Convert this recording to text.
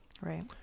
Right